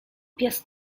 pies